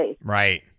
Right